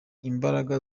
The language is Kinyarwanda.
imbaraga